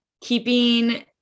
keeping